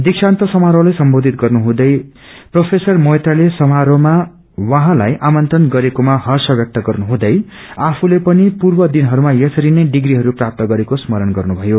दिक्षन्त समारोङलाई सम्बोधन गर्नुहुँदै प्रोफेसर मोइत्राले समारोहमा उहाँलाई आमंत्रण गरेकोमा हर्ष व्यश्क गर्नुहुँदै आफूले पनि पूर्व दिनहरूमा यसरीनै डिग्रीहरू प्राप्त गरेको स्मरण गर्नुथयो